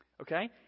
okay